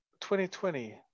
2020